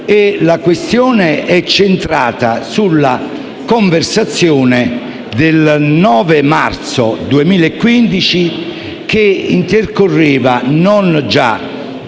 La questione è appunto centrata sulla conversazione del 9 marzo 2015, che intercorreva non già